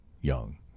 Young